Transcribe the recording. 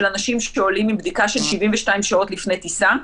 אנשים שעולים מבדיקה של 72 שעות לפני טיסה,